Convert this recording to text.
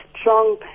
strong